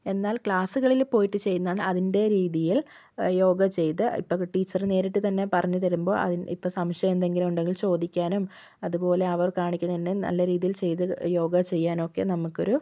എന്നാൽ ക്ലാസ്സുകളിൽ പോയിട്ട് ചെയ്യുന്നതാണെങ്കിൽ അതിന്റെ രീതിയിൽ യോഗ ചെയ്ത് ഇപ്പോൾ ടീച്ചർ നേരിട്ട് തന്നെ പറഞ്ഞു തരുമ്പോൾ ഇപ്പോൾ സംശയം എന്തെങ്കിലുമുണ്ടെങ്കിൽ ചോദിക്കാനും അത്പോലെ അവർ കാണിക്കുന്ന തന്നെ നല്ല രീതിയിൽ ചെയ്ത് യോഗ ചെയ്യാനുമൊക്കെ നമുക്ക് ഒരു